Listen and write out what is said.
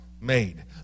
made